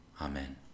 amen